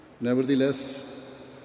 Nevertheless